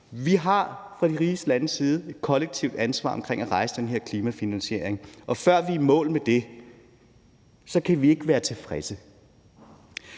side et kollektivt ansvar for at rejse den her klimafinansiering, og før vi er i mål med det, kan vi ikke være tilfredse.